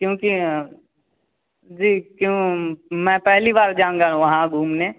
क्योंकि जी क्यों मैं पहली बार जाऊँगा वहाँ घूमने